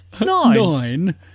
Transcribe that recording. Nine